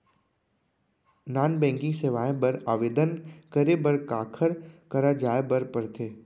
non banking सेवाएं बर आवेदन करे बर काखर करा जाए बर परथे